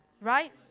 Right